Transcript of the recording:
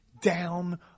down